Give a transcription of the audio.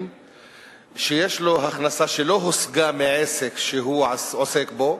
שיש לו הכנסה שלא הושגה מעסק שהוא עוסק בו,